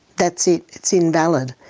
that's it, it's invalid.